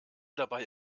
dabei